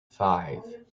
five